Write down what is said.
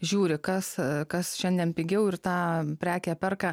žiūri kas kas šiandien pigiau ir tą prekę perka